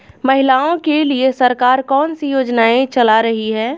महिलाओं के लिए सरकार कौन सी योजनाएं चला रही है?